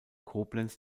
koblenz